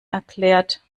erklärt